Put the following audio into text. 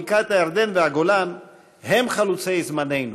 בקעת הירדן והגולן הם חלוצי זמננו,